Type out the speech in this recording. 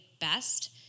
best